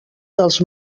dels